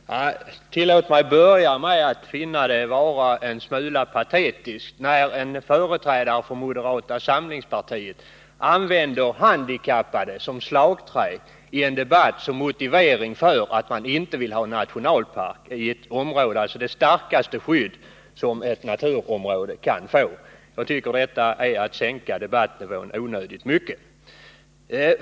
Herr talman! Tillåt mig börja med att säga att jag finner det en smula patetiskt när en företrädare för moderata samlingspartiet använder handikappade som slagträ i en debatt som motivering för att man inte vill ha en nationalpark i ett område — det starkaste skydd som ett naturområde kan få. Jag tycker att detta är att sänka debattnivån onödigt mycket.